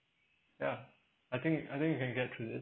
ya I think I think you can get through this